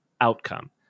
outcome